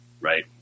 right